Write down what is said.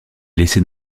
laisser